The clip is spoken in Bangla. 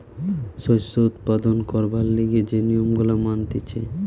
শস্য উৎপাদন করবার লিগে যে নিয়ম গুলা মানতিছে